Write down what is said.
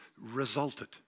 resulted